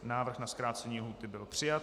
Návrh na zkrácení lhůty byl přijat.